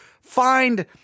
find